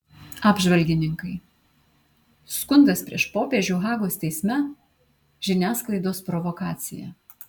apžvalgininkai skundas prieš popiežių hagos teisme žiniasklaidos provokacija